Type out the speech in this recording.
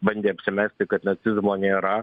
bandė apsimesti kad nacizmo nėra